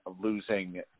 losing